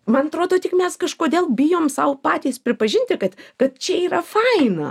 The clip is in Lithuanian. man atrodo tik mes kažkodėl bijom sau patys pripažinti kad kad čia yra faina